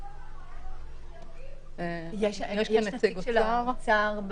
יש כאן נציג אוצר.